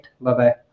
Bye-bye